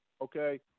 Okay